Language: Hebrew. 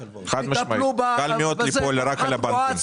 חד משמעית, קל מאוד ליפול רק על הבנקים.